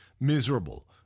miserable